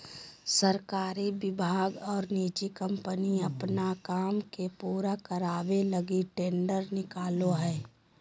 सरकारी विभाग और निजी कम्पनी अपन काम के पूरा करावे लगी टेंडर निकालो हइ